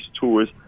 tours